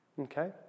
Okay